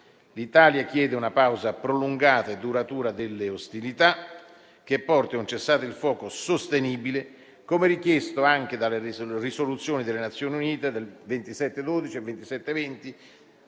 L'Italia chiede una pausa prolungata e duratura delle ostilità che porti a un cessate il fuoco sostenibile, come richiesto anche dalle risoluzioni del Consiglio di sicurezza